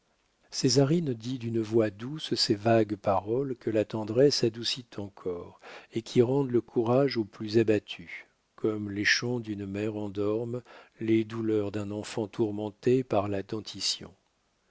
aidera césarine dit d'une voix douce ces vagues paroles que la tendresse adoucit encore et qui rendent le courage aux plus abattus comme les chants d'une mère endorment les douleurs d'un enfant tourmenté par la